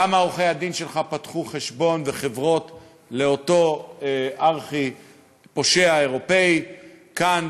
למה עורכי-הדין שלך פתחו חשבון וחברות לאותו ארכי-פושע אירופי כאן,